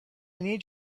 need